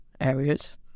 areas